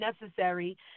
necessary